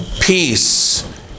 peace